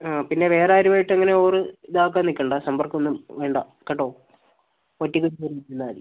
പിന്നെ വേറാരുമായിട്ടും അങ്ങനെ ഓവറ് ഇതാക്കാൻ നിൽക്കേണ്ട സമ്പർക്കം ഒന്നും വേണ്ട കേട്ടോ ഒറ്റയ്ക്ക് ഒരു റൂമിൽ ഇരുന്നാൽ മതി